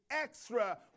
extra